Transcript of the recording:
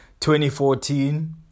2014